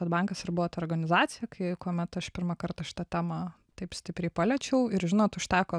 kad bankas ir buvo ta organizacija kai kuomet aš pirmą kartą šita temą taip stipriai paliečiau ir žinot užteko